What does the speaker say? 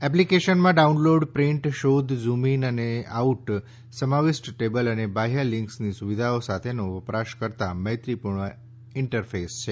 એપ્લિકેશનમાં download print શોધ zoom in અને આઉટ સમાવિષ્ટ ટેબલ અને બાહ્ય લિંક્સની સુવિધાઓ સાથેનો વપરાશકર્તા મૈત્રીપૂર્ણ ઇન્ટરફેસ છે